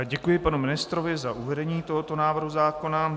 Děkuji panu ministrovi za uvedení tohoto návrhu zákona.